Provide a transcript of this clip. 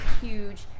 huge